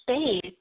space